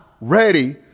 ready